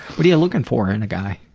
what are you looking for in a guy?